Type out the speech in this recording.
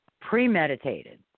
premeditated